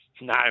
No